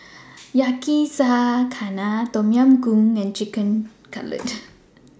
Yakizakana Tom Yam Goong and Chicken Cutlet